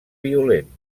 violent